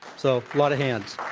so, a lot of hands.